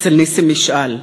אצל נסים משעל.